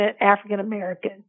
African-American